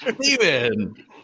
Steven